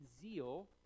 zeal